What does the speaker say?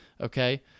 Okay